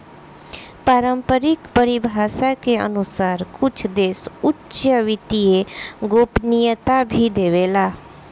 पारम्परिक परिभाषा के अनुसार कुछ देश उच्च वित्तीय गोपनीयता भी देवेला